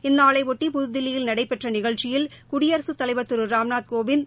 இந்நாளையொட்டி புதுதில்லியில் நடைபெற்ற நிகழ்ச்சியில் குடியரசுத் தலைவர் திரு ராம்நாத் கோவிந்த்